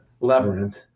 Labyrinth